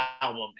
album